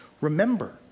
remember